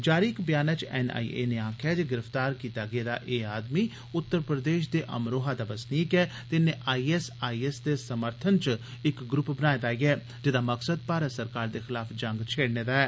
जारी इक बयानै च एनआईए नै आक्खेआ जे गिरफ्तार कीता गेदा एह् आदमी उत्तर प्रदेश दे अमरोहा दा बसनीक ऐ ते इन्नै आईएसआईएस दे समर्थन च इक ग्रुप बनाए दा ऐ जेदा मकसद भारत सरकार दे खलाफ जंग छेड़ने दा ऐ